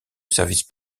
services